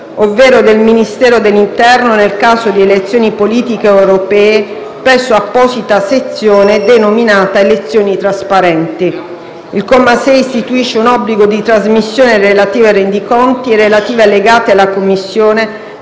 ovvero del Ministero dell'interno nel caso di elezione politiche o europee, presso apposita sezione denominata: "Elezioni trasparenti". Il comma 6 istituisce un obbligo di trasmissione relativo ai rendiconti e i relativi allegati alla Commissione